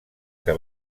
que